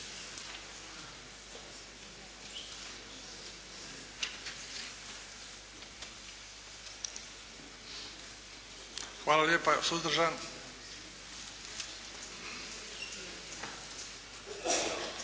Hvala lijepa. Suzdržan?